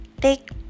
take